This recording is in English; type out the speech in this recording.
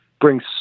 brings